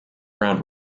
round